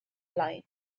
line